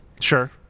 Sure